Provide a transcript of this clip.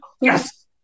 yes